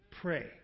Pray